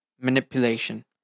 Manipulation